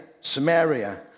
Samaria